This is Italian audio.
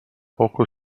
poco